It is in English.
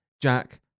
jack